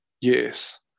Yes